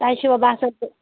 تۄہہِ چھُوٕ باسان